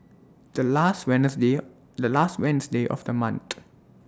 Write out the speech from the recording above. The last Wednesday The last Wednesday of The month